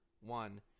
one